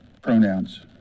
pronouns